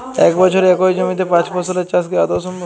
এক বছরে একই জমিতে পাঁচ ফসলের চাষ কি আদৌ সম্ভব?